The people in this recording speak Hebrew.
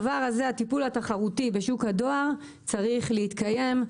הטיפול התחרותי בשוק הדואר צריך להתקיים.